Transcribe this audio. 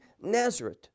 Nazareth